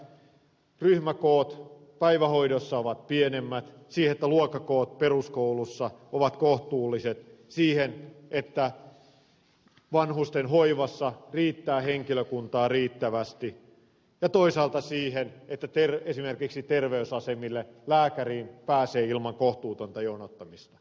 siihen että ryhmäkoot päivähoidossa ovat pienemmät siihen että luokkakoot peruskoulussa ovat kohtuulliset siihen että vanhusten hoivassa riittää henkilökuntaa riittävästi ja toisaalta siihen että esimerkiksi terveysasemille pääsee lääkäriin ilman kohtuutonta jonottamista